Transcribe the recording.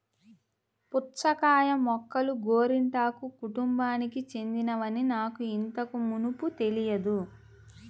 పుచ్చకాయ మొక్కలు గోరింటాకు కుటుంబానికి చెందినవని నాకు ఇంతకు మునుపు తెలియదు